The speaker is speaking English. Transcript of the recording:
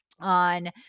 on